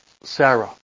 Sarah